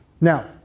Now